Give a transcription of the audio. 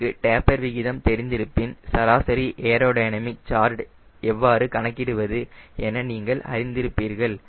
உங்களுக்கு டேப்பர் விகிதம் தெரிந்திருப்பின் சராசரி ஏரோ டைனமிக் கார்டு எவ்வாறு கணக்கிடுவது என நீங்கள் அறிந்திருப்பீர்கள்